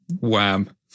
Wham